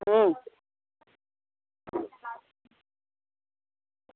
अं